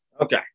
Okay